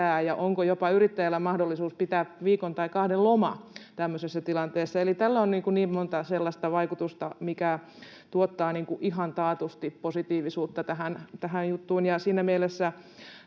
ja onko yrittäjällä jopa mahdollisuus pitää viikon tai kahden loma tämmöisessä tilanteessa. Eli tällä on monta sellaista vaikutusta, mitkä tuottavat ihan taatusti positiivisuutta tähän juttuun, ja siinä mielessä